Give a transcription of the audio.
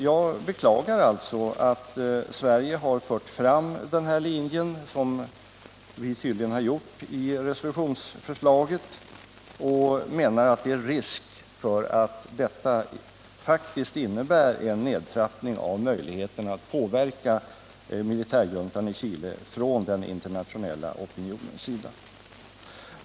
Jag beklagar alltså att Sverige har fört fram den linje som vi tydligen har hävdat i resolutionsförslaget, och jag menar att det är risk för att detta faktiskt innebär en nedtrappning av den internationella opinionens möjligheter att påverka militärjuntan.